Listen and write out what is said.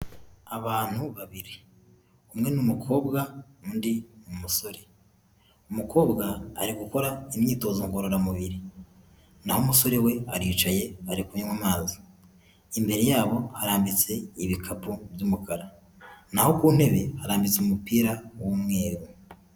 abantu babiri umwe n'umukobwa undi umusore, umukobwa ari gukora imyitozo ngororamubiri naho umusore we aricaye ari kunywa amazi, imbere yabo harambitse ibikapu by'umukara naho kuntebe harambite umupira w'umweru.